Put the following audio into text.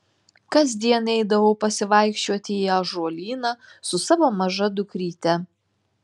kasdien eidavau pasivaikščioti į ąžuolyną su savo maža dukryte